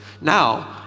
Now